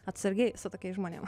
atsargiai su tokiais žmonėm